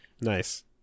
nice